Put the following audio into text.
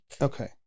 Okay